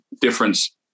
difference